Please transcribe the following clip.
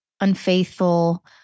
unfaithful